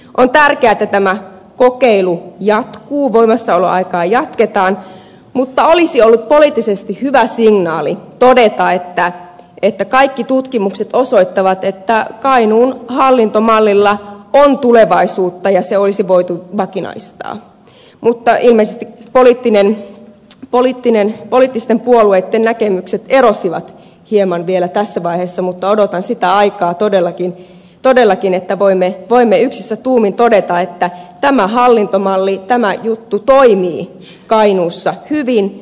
on tärkeää että tämä kokeilu jatkuu voimassaoloaikaa jatketaan mutta olisi ollut poliittisesti hyvä signaali todeta että kaikki tutkimukset osoittavat että kainuun hallintomallilla on tulevaisuutta ja se olisi voitu vakinaistaa mutta ilmeisesti poliittisten puolueitten näkemykset erosivat hieman vielä tässä vaiheessa mutta odotan sitä aikaa todellakin että voimme yksissä tuumin todeta että tämä hallintomalli tämä juttu toimii kainuussa hyvin